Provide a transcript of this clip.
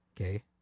Okay